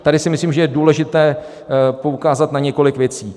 Tady si myslím, že je důležité poukázat na několik věcí.